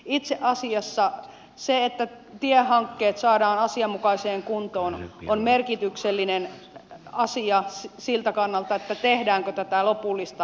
itse asiassa se että tiehankkeet saadaan asianmukaiseen kuntoon on merkityksellinen asia sen kannalta tehdäänkö tätä lopullista päätöstä